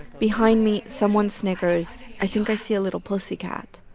behind me, someone snickers, i think i see a little pussycat.